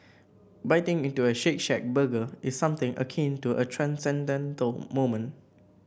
biting into a Shake Shack burger is something akin to a transcendental moment